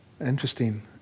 interesting